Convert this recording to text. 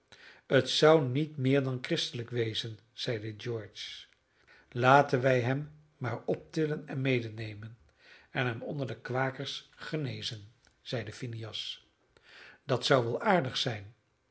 het zou niet meer dan christelijk wezen zeide george laten wij hem maar optillen en medenemen en hem onder de kwakers genezen zeide phineas dat zou wel aardig zijn